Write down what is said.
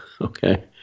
Okay